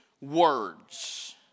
words